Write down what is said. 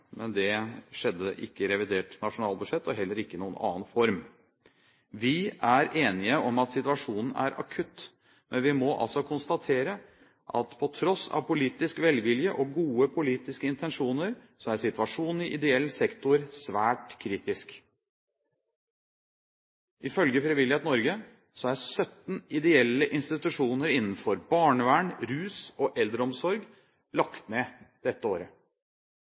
men det skjedde ikke i revidert nasjonalbudsjett og heller ikke i noen annen form. Vi er enige om at situasjonen er akutt, men vi må altså konstatere at på tross av politisk velvilje og gode politiske intensjoner, er situasjonen i ideell sektor svært kritisk. Ifølge Frivillighet Norge er 17 ideelle institusjoner innenfor barnevern, rus og eldreomsorg lagt ned dette året.